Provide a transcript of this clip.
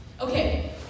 Okay